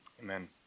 Amen